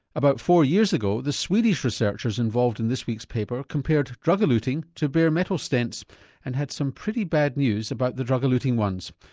about four years ago, the swedish researchers involved in this week's paper compared drug-eluting to bare-metal stents and had some pretty bad news about the drug-eluting ones.